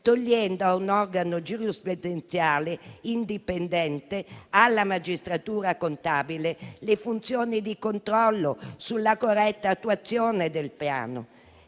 togliendo a un organo giudiziario indipendente, alla magistratura contabile, le funzioni di controllo sulla corretta attuazione del Piano.